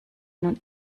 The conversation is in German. nun